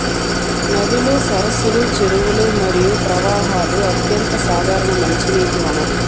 నదులు, సరస్సులు, చెరువులు మరియు ప్రవాహాలు అత్యంత సాధారణ మంచినీటి వనరులు